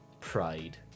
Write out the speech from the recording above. Pride